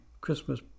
Christmas